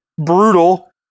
Brutal